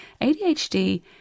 ADHD